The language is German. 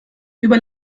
über